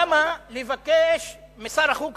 למה לבקש משר החוץ